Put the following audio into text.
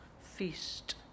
feast